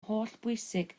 hollbwysig